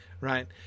right